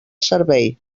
servei